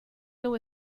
know